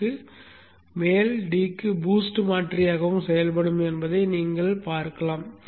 5 க்கு மேல் d க்கு பூஸ்ட் மாற்றியாகவும் செயல்படும் என்பதை நீங்கள் காண்கிறீர்கள்